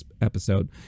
episode